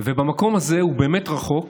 המקום הזה הוא באמת רחוק,